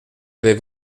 avait